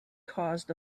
caused